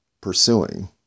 pursuing